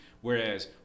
whereas